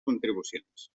contribucions